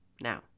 Now